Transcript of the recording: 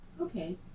Okay